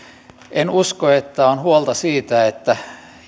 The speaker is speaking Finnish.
en usko että on huolta siitä että